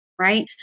right